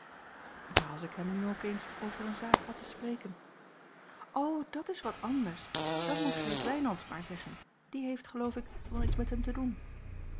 maar als ik hem nu ook eens over eene zaak had te spreken o dat is wat anders dan moet gij het wijnands maar zeggen die heeft geloof ik wel eens met hem te doen